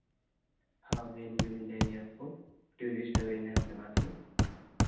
हाँ वेन भी मिल जाएगी आपको टूरिस्ट वेन है अपने पास में